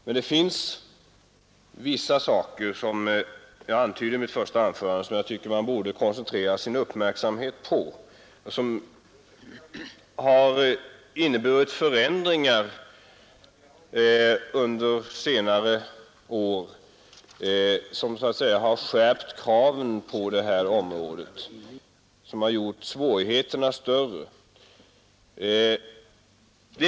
Men det finns vissa saker, som jag antydde i mitt första anförande, som jag tycker man borde koncentrera sin uppmärksamhet på. Det har under senare år inträffat vissa förändringar som ökat svårigheterna på detta område och skärpt kraven på skyddsföreskrifter.